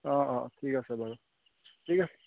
অঁ অঁ ঠিক আছে বাৰু ঠিক আছে